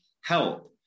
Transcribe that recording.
help